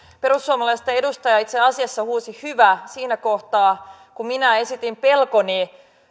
perussuomalaisten edustaja itse asiassa huusi hyvä siinä kohtaa kun minä esitin pelkoni